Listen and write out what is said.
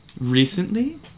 Recently